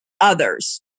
others